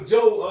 Joe